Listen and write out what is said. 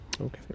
Okay